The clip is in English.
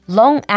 long